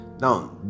now